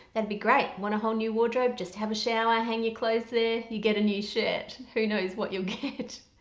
and be great. want a whole new wardrobe just have a shower hang your clothes there you get a new shirt who knows what you'll get.